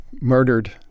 murdered